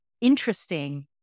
interesting